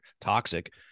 toxic